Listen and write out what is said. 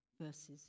verses